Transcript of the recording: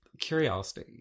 curiosity